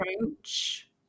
approach